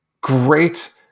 great